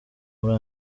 muri